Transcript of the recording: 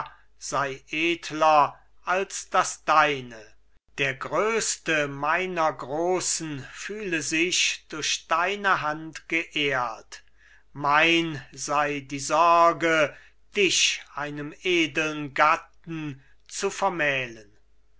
sei edler als das deine der größte meiner großen fühle sich durch deine hand geehrt mein sei die sorge dich einem edeln gatten zu vermählen